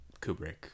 Kubrick